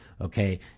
Okay